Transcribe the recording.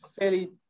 fairly